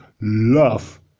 love